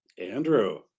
Andrew